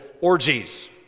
orgies